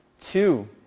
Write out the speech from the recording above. two